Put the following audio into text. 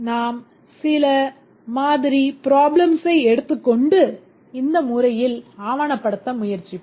நாம் சில மாதிரி probelmsஐ எடுத்துக்கொண்டு இந்த முறையில் ஆவணப்படுத்த முயற்சிப்போம்